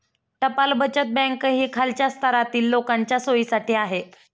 टपाल बचत बँक ही खालच्या स्तरातील लोकांच्या सोयीसाठी आहे